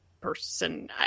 person